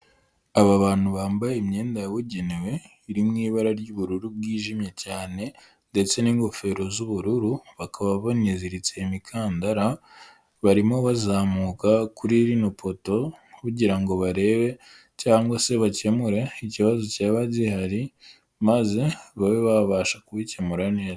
Aba bantu bambaye imyenda yabugenewe, iri mu ibara ry'ubururu bwijimye cyane ndetse n'ingofero z'ubururu, bakaba baniziritse imikandara, barimo bazamuka kuri rino poto, kugira ngo barebe cyangwa se bakemurare ikibazo cyaba gihari, maze babe babasha kubikemura neza.